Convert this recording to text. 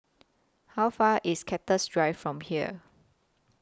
How Far IS Cactus Drive from here